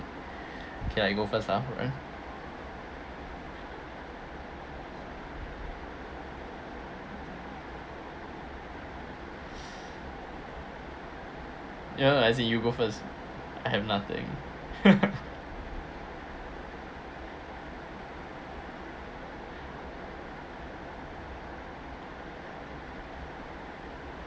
okay I go first ah no no as as in you go first I have nothing